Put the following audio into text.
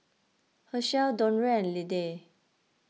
Hershell Dondre and Liddie